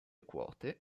quote